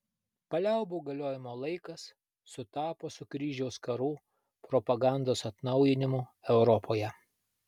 paliaubų galiojimo laikas sutapo su kryžiaus karų propagandos atnaujinimu europoje